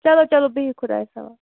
چلو چلو بِہِو خُدایَس حوال